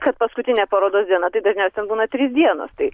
kad paskutinė parodos diena tai dažniausiai ten būna trys dienos tai